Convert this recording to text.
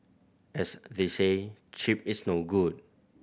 as they say cheap is no good